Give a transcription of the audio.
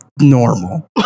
normal